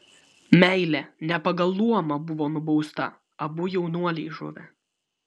meilė ne pagal luomą buvo nubausta abu jaunuoliai žuvę